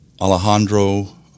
alejandro